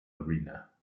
arena